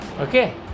Okay